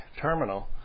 terminal